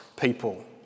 people